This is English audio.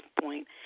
point